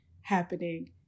happening